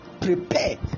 Prepare